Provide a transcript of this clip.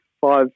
five